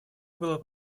было